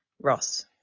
ross